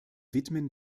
widmen